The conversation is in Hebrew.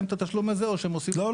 את התשלום הזה או שהם עושים --- לא,